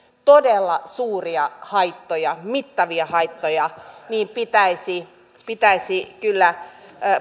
todella suuria haittoja mittavia haittoja niin että pitäisi kyllä